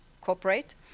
cooperate